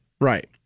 right